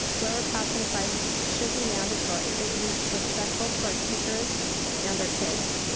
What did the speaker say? lower classroom size should be mandatory. it would be respectful to our teachers and our kids.